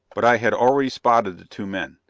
but i had already spotted the two men.